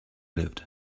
lived